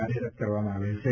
કાર્યરત કરવામાં આવેલ છે